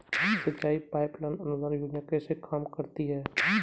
सिंचाई pipeline अनुदान योजना कैसे काम करती है?